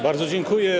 Bardzo dziękuję.